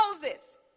Moses